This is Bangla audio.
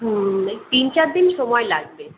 হুম এই তিন চার দিনই সময় লাগবে